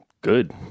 Good